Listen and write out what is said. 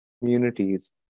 communities